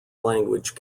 language